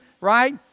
right